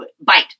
bite